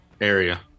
area